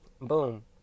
boom